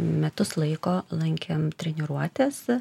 metus laiko lankėm treniruotės